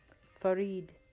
Farid